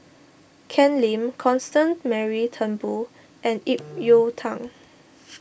Ken Lim Constance Mary Turnbull and Ip Yiu Tung